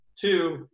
Two